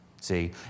see